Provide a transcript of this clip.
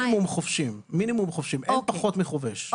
מינימום חובשים, אין פחות מחובש.